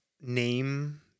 name